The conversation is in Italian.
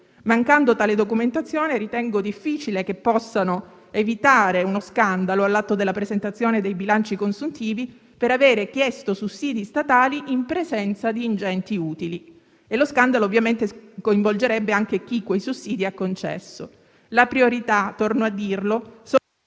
Mancando tale documentazione, ritengo difficile che possano evitare uno scandalo all'atto della presentazione dei bilanci consuntivi per avere chiesto sussidi statali in presenza di ingenti utili e lo scandalo ovviamente coinvolgerebbe anche chi quei sussidi ha concesso. La priorità - torno a dirlo - sono